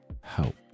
help